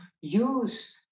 use